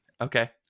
Okay